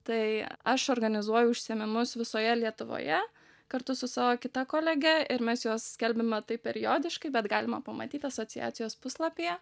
tai aš organizuoju užsiėmimus visoje lietuvoje kartu su savo kita kolege ir mes juos skelbiame tai periodiškai bet galima pamatyt asociacijos puslapyje